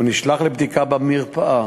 הוא נשלח לבדיקה במרפאה.